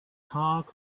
talk